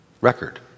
record